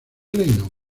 reino